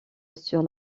sur